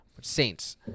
Saints